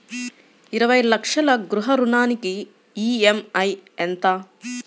ఇరవై లక్షల గృహ రుణానికి ఈ.ఎం.ఐ ఎంత?